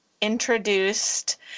introduced